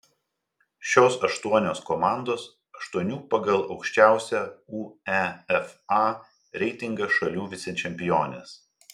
šios aštuonios komandos aštuonių pagal aukščiausią uefa reitingą šalių vicečempionės